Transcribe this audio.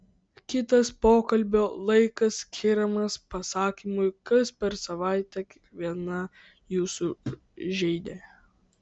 kitas pokalbio laikas skiriamas pasakymui kas per savaitę kiekvieną jūsų žeidė